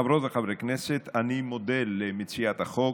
חברות וחברי הכנסת, אני מודה למציעות החוק,